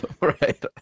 Right